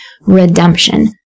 redemption